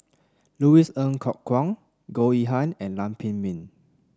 Louis Ng Kok Kwang Goh Yihan and Lam Pin Min